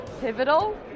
pivotal